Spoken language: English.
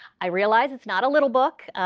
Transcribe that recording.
i realize it's not a little book.